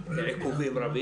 מטורף.